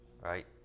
right